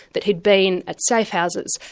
that he'd been at safe houses,